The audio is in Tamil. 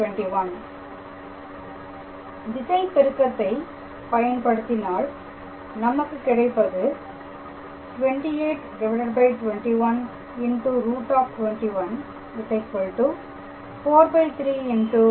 4i−2jk̂√21 திசை பெருக்கத்தை பயன்படுத்தினால் நமக்கு கிடைப்பது 2821√21 43√21